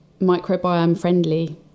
microbiome-friendly